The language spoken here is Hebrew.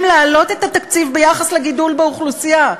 להעלות את התקציב ביחס לגידול באוכלוסייה?